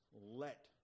let